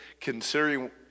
considering